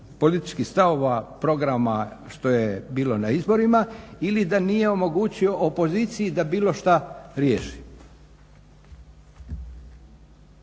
političkih stavova, programa, što je bilo na izborima ili da nije omogućio opoziciji da bilo šta riješi.